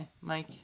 mike